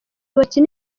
bakina